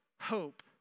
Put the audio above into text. Hope